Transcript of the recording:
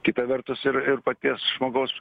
kita vertus ir ir paties žmogaus